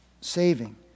saving